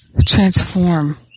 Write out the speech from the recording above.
transform